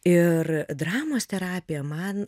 ir dramos terapija man